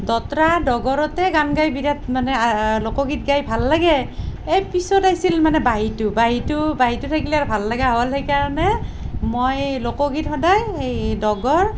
দোতাৰা ডগৰতে গান গাই বিৰাট মানে লোকগীত গাই ভাল লাগে এই পিছত আহিছিল মানে বাঁহীটো বাঁহীটো বাঁহীটো থাকিলে আৰু ভাল লগা হ'ল সেই কাৰণে মই লোকগীত সদায় এই ডগৰ